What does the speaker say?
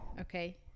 okay